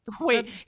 wait